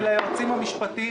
וליועצים המשפטיים